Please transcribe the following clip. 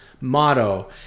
motto